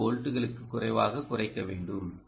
4 வோல்ட்டுகளுக்கும் குறைவாகக் குறைக்க வேண்டும்